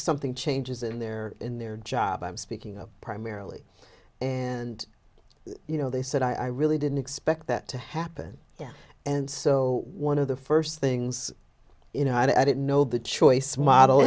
something changes in their in their job i'm speaking of primarily and you know they said i really didn't expect that to happen yeah and so one of the first things you know i didn't know the choice model